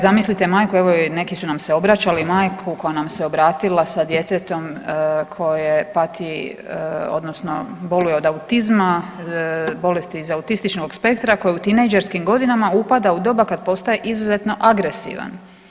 Zamislite majku, evo i neki su nam se obraćali, majku koja nam se obratila sa djetetom koje pati odnosno boluje od autizma, bolesti iz autističnog spektra koji je u tinejdžerskim godinama, upada u doba kad postaje izuzetno agresivan.